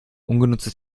ungenutzte